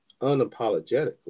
unapologetically